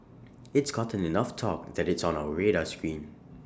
it's gotten enough talk that it's on our radar screen